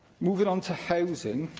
moving on to housing,